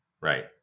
Right